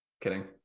Kidding